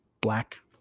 Black